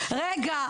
רגע,